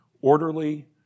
orderly